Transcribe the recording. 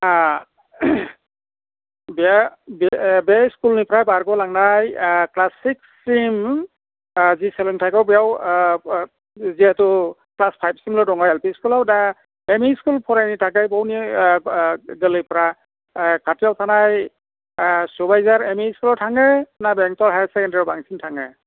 अ बे स्कुलनिफ्राय बारग'लांनाय क्लास सिक्ससिम जि सोलोंथाइखौ बेयाव जिहेथु क्लास फाइभसिमल' दङ एल पि स्कुलाव दा एम इ स्कुल फरायनो थाखाय बेवनो इयुन जोलैफ्रा खाथियाव थानाय सबायझार एम इ स्कुलाव थाङो ना बेंथ'ल हायार सेकेन्दारियाव बांसिन थाङो